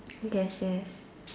yes yes